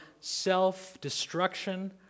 self-destruction